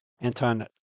Anton